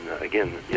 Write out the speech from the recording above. again